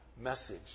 message